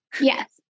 Yes